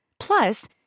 Plus